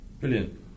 Brilliant